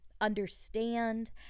understand